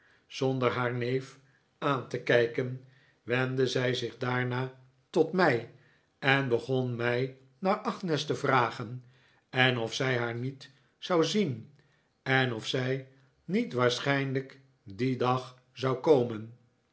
zonder haar neef aan te kijken wendde zij zich daarna tot mij en begbn mij naar agnes te vragen en of zij haar niet zou zien en of zij niet waarschijnlijk dien dag zou komen